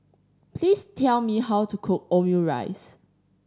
please tell me how to cook Omurice